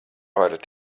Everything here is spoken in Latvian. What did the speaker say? varat